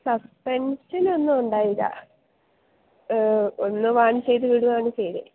സസ്പെന്ഷനൊന്നും ഉണ്ടായില്ല ഒന്ന് വാണ് ചെയ്ത് വിടുവാണ് ചെയ്തത്